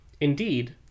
Indeed